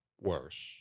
worse